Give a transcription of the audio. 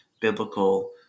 biblical